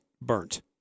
burnt